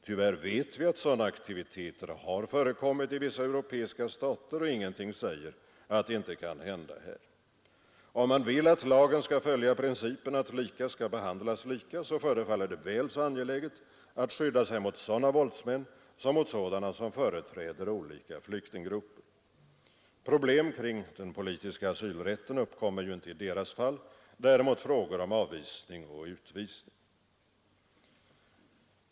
Tyvärr vet vi att sådana aktiviteter har förekommit i vissa europeiska stater, och ingenting säger att det inte kan hända här. Om man vill att lagen skall följa principen att lika skall behandlas lika, så förefaller det väl så angeläget att skydda sig mot sådana våldsmän som mot dem som företräder olika flyktinggrupper. Problem kring den politiska asylrätten uppkommer ju inte i deras fall men däremot frågor om avvisning och utvisning.